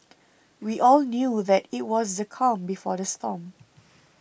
we all knew that it was the calm before the storm